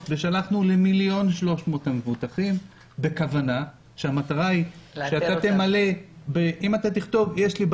ושלחנו ל-1.6 מיליון המבוטחים והמטרה היא שאם תכתוב שיש לך